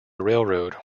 railroad